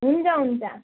हुन्छ हुन्छ